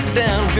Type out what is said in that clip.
down